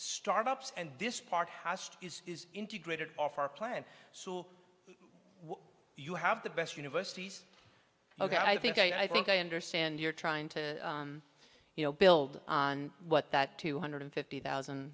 start ups and this part has integrated off our plan so you have the best universities ok i think i think i understand you're trying to you know build on what that two hundred fifty thousand